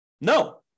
No